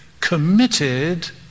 committed